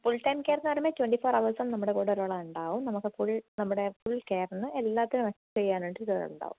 full time care എന്ന് പറയുമ്പോൾ twenty four ഹവേഴ്സും നമ്മുടെ കൂടെ ഒരാൾ ഉണ്ടാവും നമുക്ക് ഫുൾ നമ്മുടെ ഫുൾ കെയറിന് എല്ലാത്തിനും അസ്സിസ്റ്റ് ചെയ്യാനായിട്ട് ഒരാൾ ഉണ്ടാവും